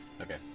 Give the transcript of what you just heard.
Okay